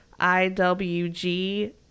iwg